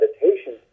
meditation